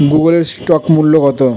গুগলের স্টক মূল্য কত